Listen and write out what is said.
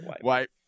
White